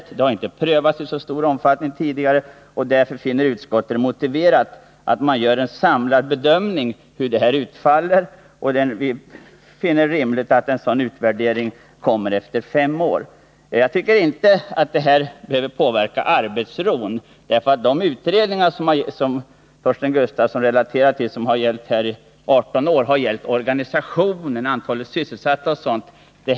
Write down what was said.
Något sådant har inte prövats i så stor omfattning tidigare, och därför finner utskottet det motiverat att en samlad bedömning av utfallet görs. Vi finner det rimligt att en sådan utvärdering kommer efter fem år. Jag tycker inte att det behöver påverka arbetsförhållandena. De utredningar som Torsten Gustafsson hänvisade till har gällt organisationen, antalet sysselsatta osv.